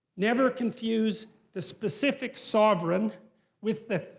never confuse the specific sovereign with the